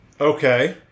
Okay